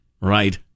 Right